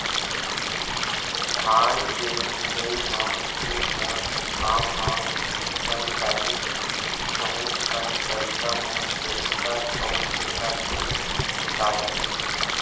धान के मिंजई म ही मोर काम ह बन जाही बहुत कन पईसा मोर टेक्टर अउ थेरेसर के छुटा जाही